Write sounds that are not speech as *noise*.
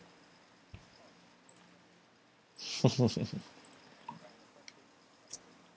*laughs*